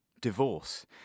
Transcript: Divorce